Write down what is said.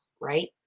right